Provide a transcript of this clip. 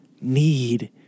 need